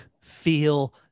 feel